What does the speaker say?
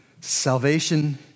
salvation